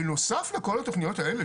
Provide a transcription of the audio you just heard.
בנוסף לכל התוכניות האלה,